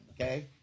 okay